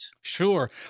Sure